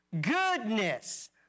goodness